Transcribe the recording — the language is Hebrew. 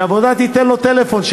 שמקום העבודה ייתן לו טלפון,